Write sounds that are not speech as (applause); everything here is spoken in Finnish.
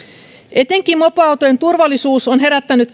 etenkin mopoautojen turvallisuus on herättänyt (unintelligible)